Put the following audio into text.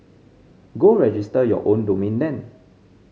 go register your own domain then